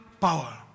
power